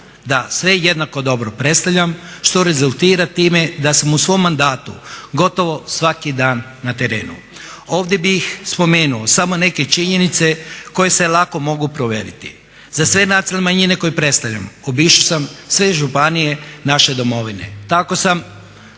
da sve jednako dobro predstavljam što rezultira time da sam u svom mandatu gotovo svaki dan na terenu. Ovdje bih spomenuo samo neke činjenice koje se lako mogu provjeriti. Za sve nacionalne manjine koje predstavljam obišao sam sve županije naše domovine, tako sam